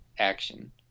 action